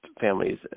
families